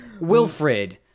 Wilfred